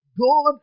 God